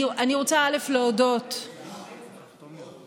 אני רוצה להודות, בשנה הזאת.